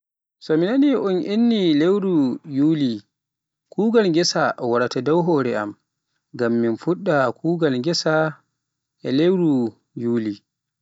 So mi nani un inni ni lewru yuli, kuugal ghessa wara dow hore am, ngam mu fuɗɗa kuugal ghessa daga lewru yuli.